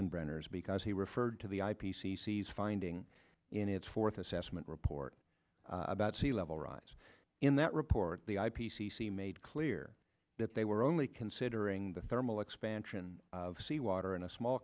is because he referred to the i p c c as finding in its fourth assessment report about sea level rise in that report the i p c c made clear that they were only considering the thermal expansion of sea water in a small